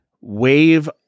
wave